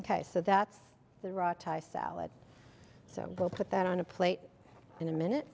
ok so that's the raw thai salad so we'll put that on a plate in a minute